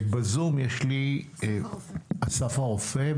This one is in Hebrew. בזום, יש לי את גולדמן מאסף הרופא.